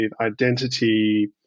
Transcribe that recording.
identity